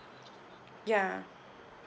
ya